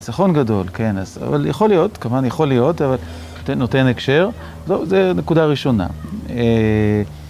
זכרון גדול, כן, אבל יכול להיות, כמובן יכול להיות, נותן הקשר, זו נקודה ראשונה.